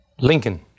Lincoln